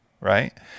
Right